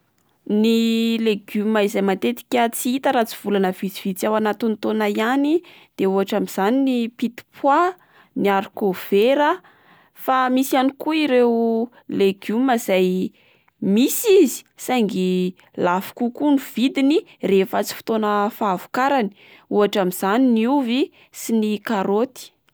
Ny legioma izay matetika tsy hita raha tsy volana vitsivitsy ao anatin'ny taona ihany, de ohatra amin'izany ny pit pois, ny harikovera. Fa misy ihany koa ireo legioma izay misy izy saingy lafo kokoa ny vidiny rehefa tsy fotoana fahavokarany, ohatra amin'izany ny ovy sy karaoty.